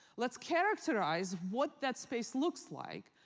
let's characterize what that space looks like,